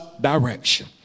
direction